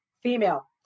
female